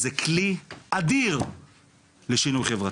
זה כלי אדיר לשינוי חברתי,